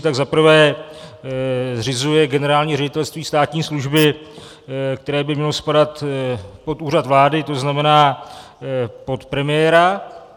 Tak za prvé zřizuje Generální ředitelství státní služby, které by mělo spadat pod Úřad vlády, to znamená pod premiéra.